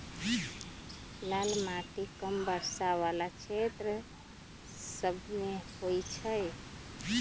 लाल माटि कम वर्षा वला क्षेत्र सभमें होइ छइ